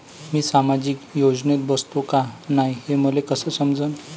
मी सामाजिक योजनेत बसतो का नाय, हे मले कस समजन?